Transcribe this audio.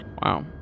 wow